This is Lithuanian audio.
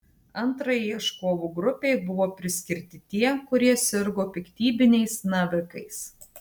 antrajai ieškovų grupei buvo priskirti tie kurie sirgo piktybiniais navikais